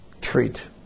treat